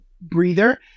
breather